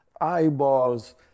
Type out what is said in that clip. eyeballs